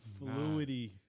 Fluidy